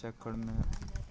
ओहि चक्करमे